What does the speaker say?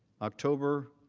october,